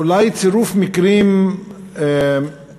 אולי צירוף מקרים טוב